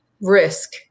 risk